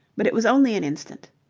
but it was only an instant.